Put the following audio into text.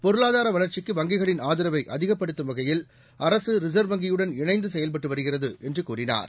பொருளாதார வளர்ச்சிக்கு வங்கிகளின் ஆதரவை அதிகப்படுத்தும் வகையில் அரசு ரிசர்வ் வங்கியுடன் இணைந்து செயல்பட்டு வருகிறது என்று கூறினார்